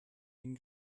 den